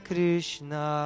Krishna